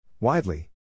Widely